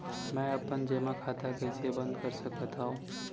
मै अपन जेमा खाता कइसे बन्द कर सकत हओं?